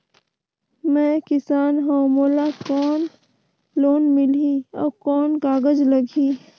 मैं किसान हव मोला कौन लोन मिलही? अउ कौन कागज लगही?